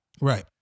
Right